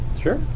Sure